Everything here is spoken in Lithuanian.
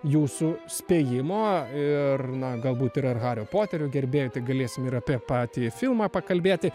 jūsų spėjimo ir na galbūt yra ir hario poterio gerbėjų tai galėsim ir apie patį filmą pakalbėti